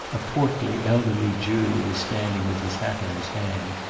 a portly elderly jew was standing with his hat in his hand,